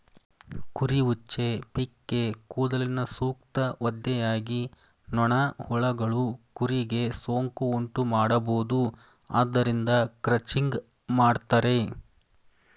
ಕುರಿ ಉಚ್ಚೆ, ಪಿಕ್ಕೇ ಕೂದಲಿನ ಸೂಕ್ತ ಒದ್ದೆಯಾಗಿ ನೊಣ, ಹುಳಗಳು ಕುರಿಗೆ ಸೋಂಕು ಉಂಟುಮಾಡಬೋದು ಆದ್ದರಿಂದ ಕ್ರಚಿಂಗ್ ಮಾಡ್ತರೆ